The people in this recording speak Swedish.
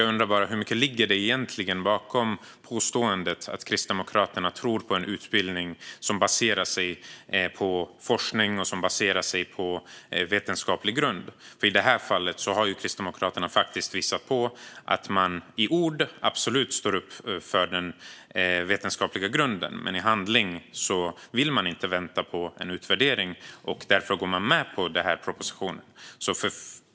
Jag undrar hur mycket det ligger bakom påståendet att Kristdemokraterna tror på en utbildning som baserar sig på forskning och vetenskap. I detta fall har ju Kristdemokraterna visat att man i ord står upp för den vetenskapliga grunden men i handling inte vill vänta på utvärderingen och därför går med på propositionen.